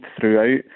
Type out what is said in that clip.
Throughout